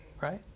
right